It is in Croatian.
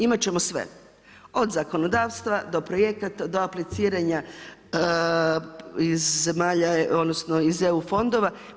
Imat ćemo sve od zakonodavstva do projekata, do apliciranja iz zemalja, odnosno iz EU fondova.